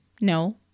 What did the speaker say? No